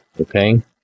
okay